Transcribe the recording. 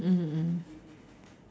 mm mm mm